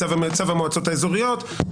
צו המועצות האזוריות,